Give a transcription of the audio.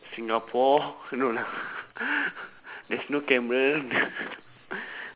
singapore no lah there's no camera